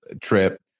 trip